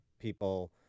people